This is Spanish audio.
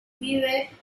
vive